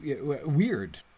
Weird